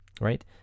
Right